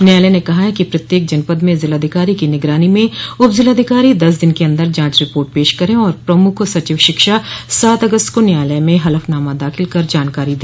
न्यायालय ने कहा है कि प्रत्येक जनपद में जिलाधिकारी की निगरानी में उप जिलाधिकारी दस दिन के अन्दर जांच रिपोर्ट पेश करे और प्रमुख सचिव शिक्षा सात अगस्त को न्यायालय में हलफनामा दाखिल कर जानकारी दे